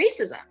racism